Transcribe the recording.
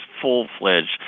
full-fledged